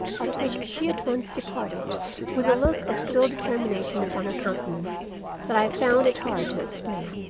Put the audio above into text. at which she at once departed with a look of still determination upon her countenance that i found it hard to explain.